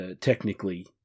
technically